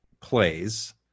plays